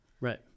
Right